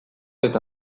eta